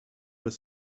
were